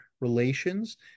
relations